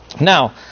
Now